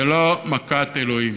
זה לא מכת אלוהים.